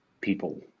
people